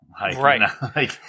Right